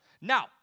Now